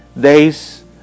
Days